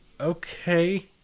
Okay